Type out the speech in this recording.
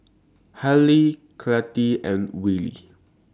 Hailee Cathi and Willy